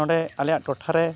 ᱱᱚᱰᱮ ᱟᱞᱮᱭᱟᱜ ᱴᱚᱴᱷᱟᱨᱮ